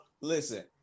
Listen